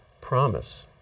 promise